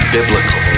Biblical